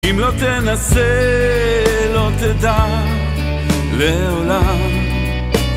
אם לא תנסה, לא תדע, לעולם.